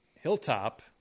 Hilltop